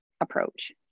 approach